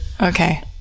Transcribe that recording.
okay